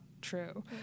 true